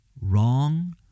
wrong